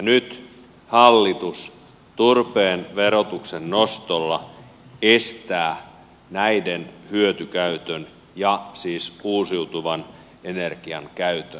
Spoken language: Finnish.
nyt hallitus turpeen verotuksen nostolla estää näiden hyötykäytön ja siis uusiutuvan energian käytön